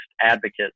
advocates